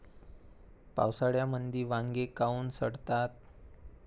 पावसाळ्यामंदी वांगे काऊन सडतात?